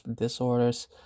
disorders